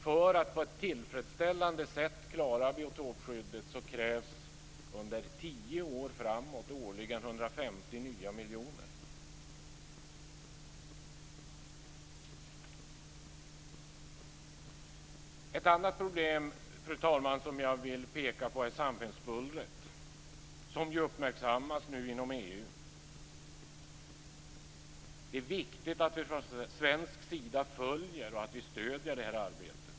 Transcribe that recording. För att på ett tillfredsställande sätt klara biotopskyddet krävs 150 nya miljoner årligen under tio år framåt. Ett annat problem, fru talman, som jag vill peka på, är samhällsbullret. Det uppmärksammas nu inom EU. Det är viktigt att vi från svensk sida följer och stöder det här arbetet.